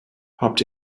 habt